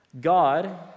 God